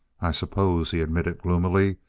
i suppose, he admitted gloomily,